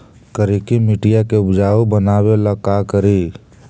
करिकी मिट्टियां के उपजाऊ बनावे ला का करी?